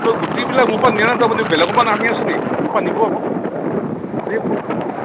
ই গুটিবিলাক মোৰ পৰা নিয়া নাইটো আপুনি বেলেগৰ পৰা আনি আছেনি মোৰ পৰা নিব আকৌ